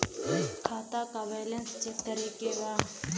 खाता का balance check करे के बा?